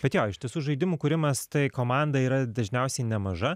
bet jo iš tiesų žaidimų kūrimas tai komanda yra dažniausiai nemaža